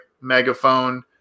Megaphone